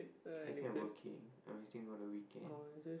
I say I working I'm waiting for the weekend